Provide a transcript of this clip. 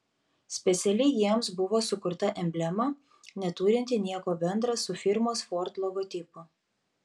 specialiai jiems buvo sukurta emblema neturinti nieko bendra su firmos ford logotipu